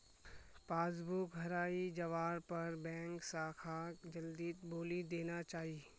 passbook हराई जवार पर बैंक शाखाक जल्दीत बोली देना चाई